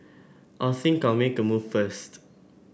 I think I'll make a move first